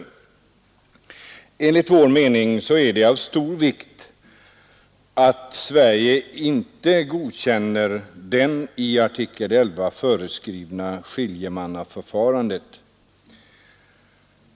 Enligt vår mening är det av stor vikt att Sverige inte godkänner det i artikel 11 föreskrivna skiljemannaförfarandet.